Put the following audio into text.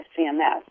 CMS